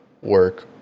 work